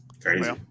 Crazy